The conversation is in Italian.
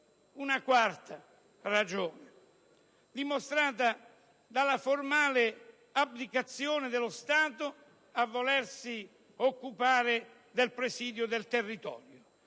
Una quarta ragione è dimostrata dalla formale abdicazione dello Stato rispetto al compito del presidio del territorio.